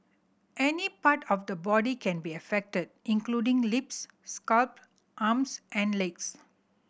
any part of the body can be affected including lips scalp arms and legs